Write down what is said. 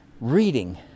Reading